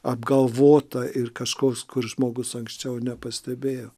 apgalvota ir kažkoks kur žmogus anksčiau nepastebėjo